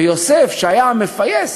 ויוסף, שהיה מפייס,